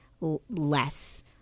less